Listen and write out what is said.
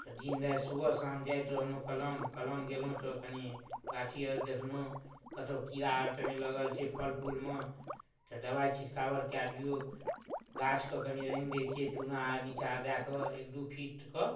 तऽ दिन राति सुबह शाम जाइत रहलहुॅं कलम कलम गेलहुॅं तऽ कनि गाछी आर देखलहुॅं कतौ कीड़ा आर तऽ नहि लगल छै फल फूलमे तऽ दबाइ छिड़काबर कै दियौ गाछके कनि राङ्गि दै छियै चूना आर नीचाँ दै कऽ एक दू फीटके